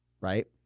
right